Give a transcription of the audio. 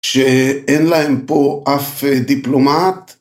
שאין להם פה אף דיפלומט.